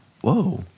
Whoa